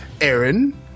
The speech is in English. Aaron